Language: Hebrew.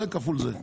זה כפול זה.